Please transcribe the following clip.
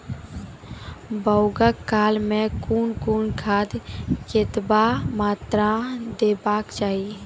बौगक काल मे कून कून खाद केतबा मात्राम देबाक चाही?